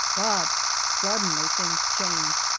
but suddenly things changed.